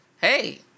hey